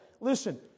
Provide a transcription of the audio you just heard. Listen